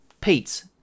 Pete